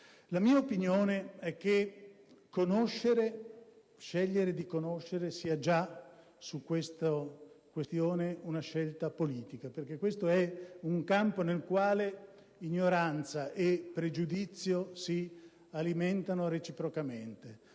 La mia opinione è che scegliere di conoscere sia già, su tale questione, una scelta politica, perché questo è un campo nel quale l'ignoranza e il pregiudizio si alimentano reciprocamente.